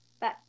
bye